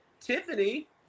Tiffany